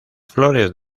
flores